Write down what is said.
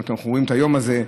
רואים את היום הזה,